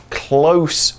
close